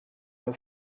amb